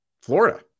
Florida